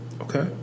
Okay